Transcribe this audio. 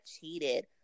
cheated